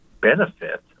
benefit